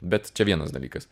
bet čia vienas dalykas